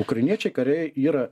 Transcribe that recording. ukrainiečiai kariai yra